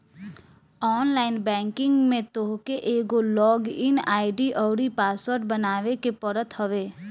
online banking में तोहके एगो लॉग इन आई.डी अउरी पासवर्ड बनावे के पड़त हवे